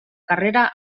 carrera